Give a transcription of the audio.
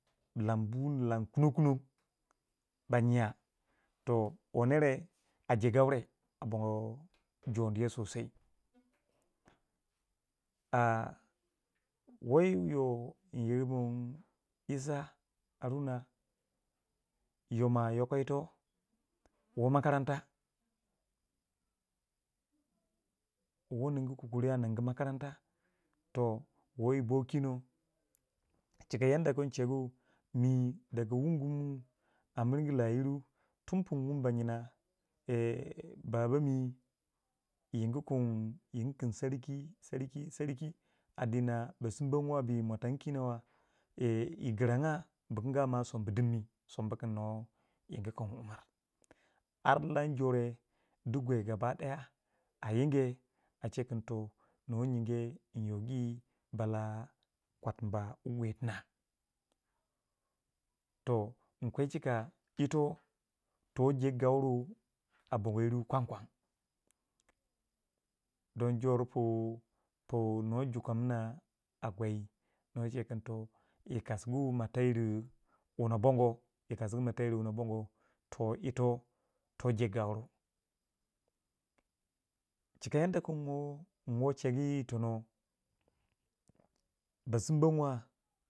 lam buhu lam kuno kuno ba nyiya toh wo nere aje gaure a bongo joniye sosai a wo yi wu yo nyir min isa haruna yo ma yoko ito wo makaranta, wo ningu ko kari a ningu makaranta toh wo yibo kinon chika yanda kun chegu mi daga wungu mu a miringi layiru tun pun wuni ba nyina baba mi yigu kun yin kun sarki sarki sarki a dina besimbawa bu yi motan kino wa yi giyanya bu kanga wa sombu dinmi sombu kin nuwa yin kin umar, har lan yore du gwai gaba daya a yin kin a chekin toh, nuwa yinge nyogi bạlạ kwatima wu gwai dina toh min kwe chika yito toh jegu gauru a bongo yiru kwan kwan don jor pu pu nuwa jukumna a gwai nor chi kin to yi kasu gu mo tayire wono bongo yi kasugu ma tayire wono bongo toh yito to jegu gauru chika yanda kunwo nwo chegu yi tono basimba muwa.